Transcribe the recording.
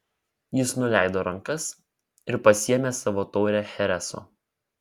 jis nuleido rankas ir pasiėmė savo taurę chereso